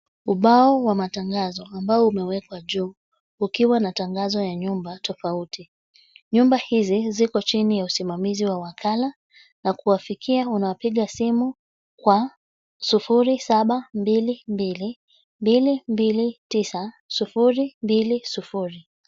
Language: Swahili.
Ubao wa matangazo ambao umewekwa juu ukiwa na tangazo ya nyumba tofauti, nyumba hizi ziko chini ya usimamizi wa wakala na kuwafikia unapiga simu 0722229020.